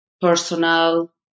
personal